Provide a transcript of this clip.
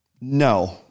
No